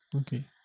Okay